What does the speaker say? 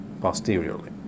posteriorly